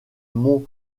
mont